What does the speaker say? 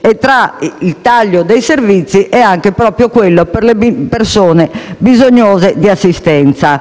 Paese che taglia i servizi, anche quelli per le persone bisognose di assistenza.